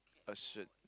a shirt